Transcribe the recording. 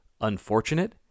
unfortunate